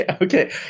Okay